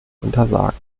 untersagt